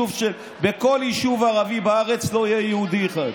בכל יישוב ערבי בארץ לא יהיה יהודי אחד.